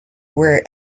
were